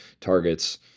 targets